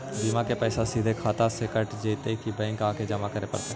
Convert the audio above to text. बिमा के पैसा सिधे खाता से कट जितै कि बैंक आके जमा करे पड़तै?